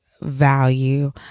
value